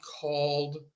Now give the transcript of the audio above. called